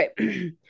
Okay